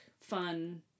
fun